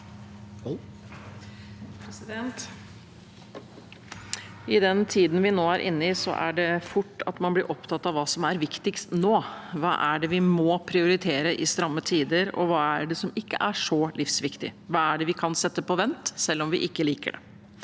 I den tiden vi nå er inne i, er det fort at man blir opptatt av hva som er viktigst nå, hva vi må prioritere i stramme tider, hva som ikke er så livsviktig, og hva vi kan sette på vent, selv om vi ikke liker det.